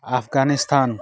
Afghanistan